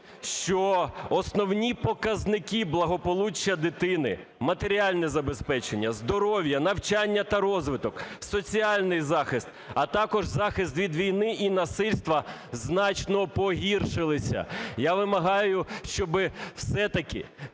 що основні показники благополуччя дитини: матеріальне забезпечення, здоров'я, навчання та розвиток, соціальний захист, а також захист від війни і насильства - значно погіршилися. Я вимагаю, щоби все-таки